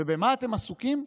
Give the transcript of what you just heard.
ובמה אתם עסוקים?